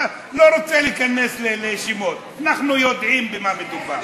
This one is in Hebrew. לא רוצה להיכנס לשמות, אנחנו יודעים במה מדובר.